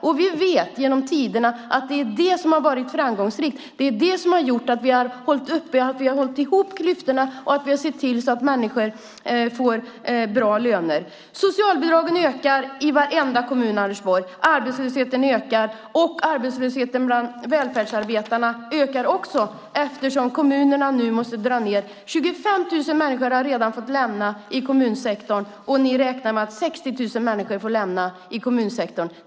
Och vi vet att det är det som har varit framgångsrikt genom tiderna. Det är det som har gjort att vi har hållit ihop klyftorna och sett till att människor får bra löner. Socialbidragen ökar i varenda kommun, Anders Borg. Arbetslösheten ökar. Och arbetslösheten bland välfärdsarbetarna ökar också, eftersom kommunerna nu måste dra ned. 25 000 människor har redan fått lämna i kommunsektorn, och ni räknar med att 60 000 människor får lämna i kommunsektorn.